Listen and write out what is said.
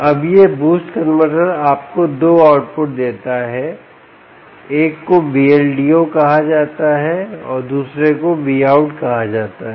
अब यह boost converter आपको दो आउटपुट देता है एक को Vldo कहा जाता है और दूसरे को Vout कहा जाता है